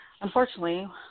Unfortunately